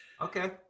Okay